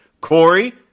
Corey